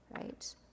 Right